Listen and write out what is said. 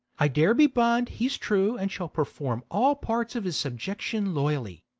i dare be bound he's true and shall perform all parts of his subjection loyally.